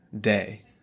day